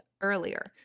earlier